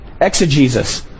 Exegesis